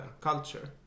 culture